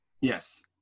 yes